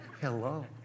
Hello